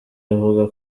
avuga